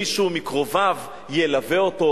בלי שתהיה לו אפשרות שמישהו מקרוביו ילווה אותו.